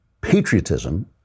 patriotism